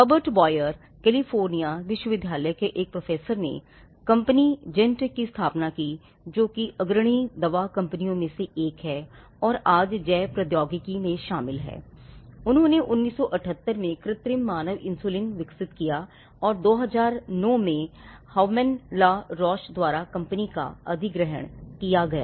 Herbert Boyer द्वारा company का अधिग्रहण किया गया